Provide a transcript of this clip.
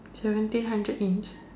seventeen hundred inch